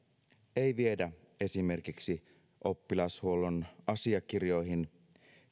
ei viedä esimerkiksi oppilashuollon asiakirjoihin